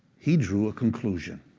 he drew a conclusion.